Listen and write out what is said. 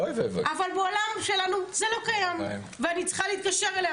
אבל בעולם שלנו זה לא קיים ואני צריכה להתקשר אליה,